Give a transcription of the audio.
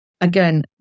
Again